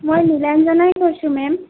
মই নীলাঞ্জনাই কৈছোঁ মেম